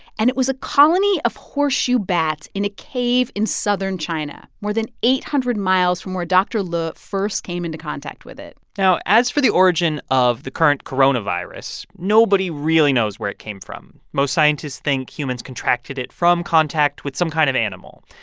and it was a colony of horseshoe bats in a cave in southern china, more than eight hundred miles from where dr. liu ah first came into contact with it as for the origin of the current coronavirus, nobody really knows where it came from. most scientists think humans contracted it from contact with some kind of animal.